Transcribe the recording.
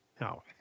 No